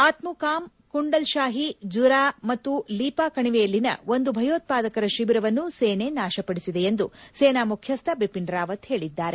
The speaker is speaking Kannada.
ಅತ್ಮುಕಾಮ್ ಕುಂಡಲ್ ಶಾಹಿ ಜುರಾ ಮತ್ತು ಲೀಪಾ ಕಣಿವೆಯಲ್ಲಿನ ಒಂದು ಭಯೋತ್ವಾದಕರ ಶಿಬಿರವನ್ನು ಸೇನೆ ನಾಶಪದಿಸಿದೆ ಎಂದು ಸೇನಾ ಮುಖ್ಯಸ್ಥ ಬಿಪಿನ್ ರಾವತ್ ಹೇಳಿದ್ದಾರೆ